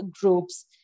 groups